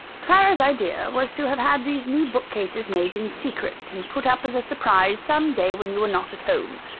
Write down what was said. clara's idea was to have had these new bookcases made in secret, and put up as a surprise, some day when you were not at home.